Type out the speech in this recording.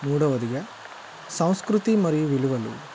మూడవదిగా సంస్కృతీ మరియు విలువలు